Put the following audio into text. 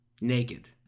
Naked